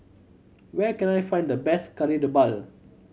where can I find the best Kari Debal